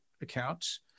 accounts